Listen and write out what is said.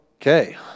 Okay